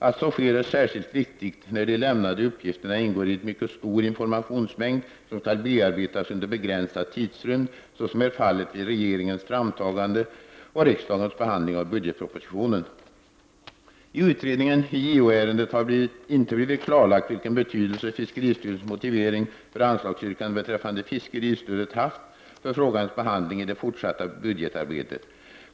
Att så sker är särskilt viktigt, när de lämnade uppgifterna ingår i en mycket stor informationsmängd, som skall bearbetas under begränsad tidsrymd såsom är fallet vid regeringens framtagande och riksdagens behandling av budgetpropositionen. I utredningen i JO-ärendet har inte blivit klarlagt vilken betydelse fiskeristyrelsens motivering för anslagsyrkandet beträffande fiskeristödet haft för frågans behandling i det fortsatta budgetarbetet.